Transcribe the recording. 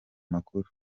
makuru